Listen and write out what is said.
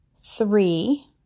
three